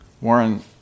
Warren